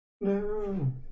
no